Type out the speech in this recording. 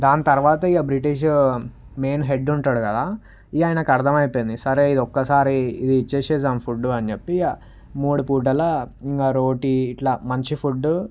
దాని తర్వాత ఇగ బ్రిటిష్ మెయిన్ హెడ్ ఉంటాడు కదా ఈయనకు అర్థమైపోయింది సరే ఇది ఒక్కసారి ఇది ఇచ్చేసేద్దాం ఫుడ్డు అని చెప్పి ఇగ మూడు పూటల ఇక రోటీ ఇట్లా మంచి ఫుడ్డు